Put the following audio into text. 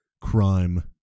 crime